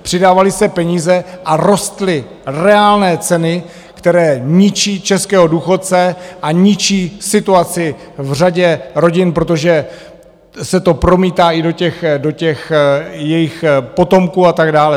Přidávaly se peníze a rostly reálné ceny, které ničí českého důchodce a ničí situaci v řadě rodin, protože se to promítá i do jejich potomků a tak dále.